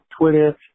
Twitter